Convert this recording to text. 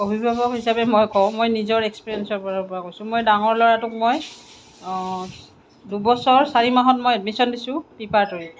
অভিভাৱক হিচাপে মই কওঁ মই নিজৰে এক্সপেৰিয়েঞ্চৰ পৰা কৈছোঁ মই ডাঙৰ ল'ৰাটোক মই দুবছৰ চাৰি মাহত মই এডমিছন দিছোঁ পিপাতৰিত